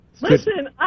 Listen